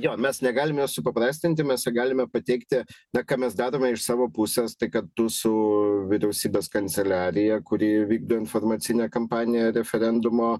jo mes negalim jos supaprastinti mes ją galime pateikti na ką mes dedame iš savo pusės tai kartu su vyriausybės kanceliarija kuri vykdo informacinę kampaniją referendumo